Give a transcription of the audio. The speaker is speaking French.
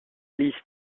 lee